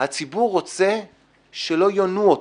הציבור רוצה שלא יונו אותו,